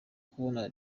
kubona